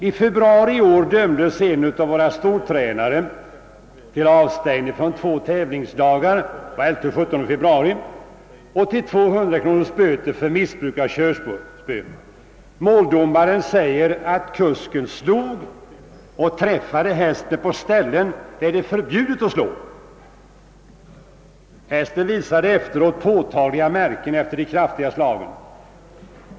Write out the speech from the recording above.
I februari i år dömdes en av våra stortränare till avstängning från två tävlingsdagar, den 11 och 17 februari, och till 200 kronors böter för missbruk av körspö. Måldomaren sade att kusken slog och träffade hästen på ställen där det är förbjudet att slå. Hästen visade efteråt tydliga märken efter de kraftiga slagen.